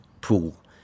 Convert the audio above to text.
pool